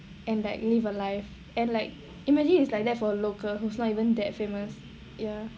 and like live a life and like imagine it's like that for local who's like not even that famous ya